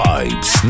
Vibes